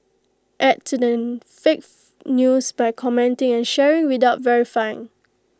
add to the fake news by commenting and sharing without verifying